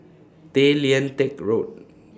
Tay Lian Teck Road